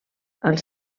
als